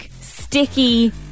sticky